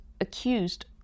accused